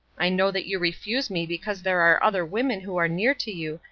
i know that you refuse me because there are other women who are near to you,